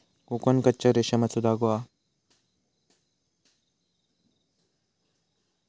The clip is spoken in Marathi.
कोकन कच्च्या रेशमाचो धागो हा